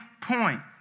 point